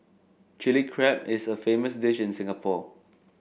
Chilli Crab is a famous dish in Singapore